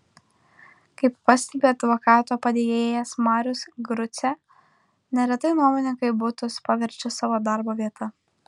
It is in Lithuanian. kaip pastebi advokato padėjėjas marius grucė neretai nuomininkai butus paverčia savo darbo vieta